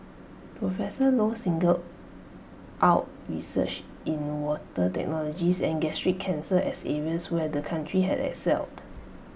professor low singled out research in water technologies and gastric cancer as areas where the country had excelled